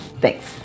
Thanks